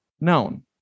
known